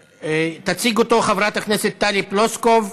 תציג אותה חברת הכנסת טלי פלוסקוב,